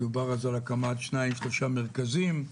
דובר אז על הקמת שניים-שלושה מרכזים,